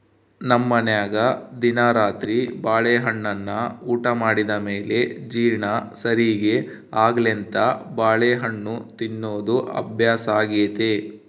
ನಮ್ಮನೆಗ ದಿನಾ ರಾತ್ರಿ ಬಾಳೆಹಣ್ಣನ್ನ ಊಟ ಮಾಡಿದ ಮೇಲೆ ಜೀರ್ಣ ಸರಿಗೆ ಆಗ್ಲೆಂತ ಬಾಳೆಹಣ್ಣು ತಿನ್ನೋದು ಅಭ್ಯಾಸಾಗೆತೆ